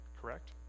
correct